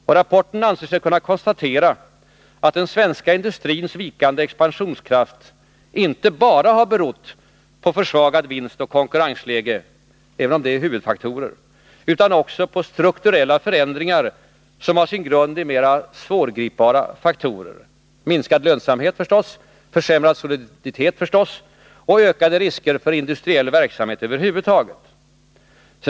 I rapporten anser man sig kunna konstatera att den svenska industrins vikande expansionskraft inte bara har berott på ett försvagat vinstoch konkurrensläge, även om detta är en huvudfaktor, utan också på strukturella förändringar som har sin grund i mera svårgripbara faktorer: minskad lönsamhet förstås, försämrad soliditet förstås och ökade risker för industriell verksamhet över huvud taget.